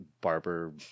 barber